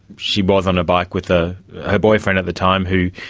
she was on a bike with ah her boyfriend at the time who,